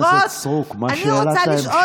חברת הכנסת סטרוק, מה שאלת ההמשך,